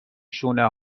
شونه